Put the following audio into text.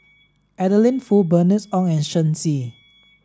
Adeline Foo Bernice Ong and Shen Xi